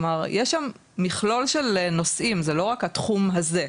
יש שם מכלול של נושאים זה לא רק התחום הזה,